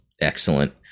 excellent